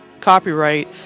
copyright